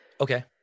Okay